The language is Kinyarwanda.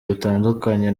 butandukanye